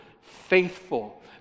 Faithful